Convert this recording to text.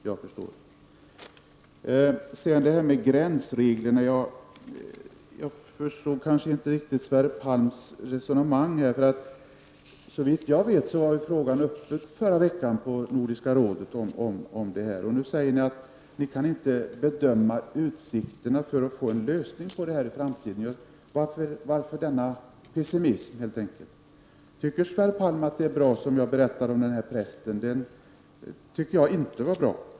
Jag förstår inte riktigt Sverre Palms resonemang om gränsreglerna. Såvitt jag vet var frågan uppe till behandling förra veckan vid Nordiska rådets session. Nu säger ni att ni inte kan bedöma utsikterna att få en lösning till stånd för detta i framtiden. Varför denna pessimism? Tycker Sverre Palm att historien om prästen som jag återgav är bra? Jag tycker inte att den var bra.